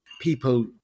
people